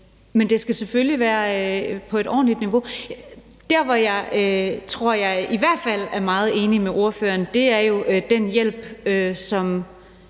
men det skal selvfølgelig være på et ordentligt niveau. Der, hvor jeg, tror jeg i hvert fald, er meget enig med ordføreren, er i forhold til den hjælp, som